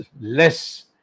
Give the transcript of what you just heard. less